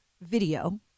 video